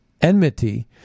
enmity